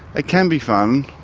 it can be fun.